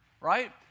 right